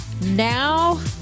now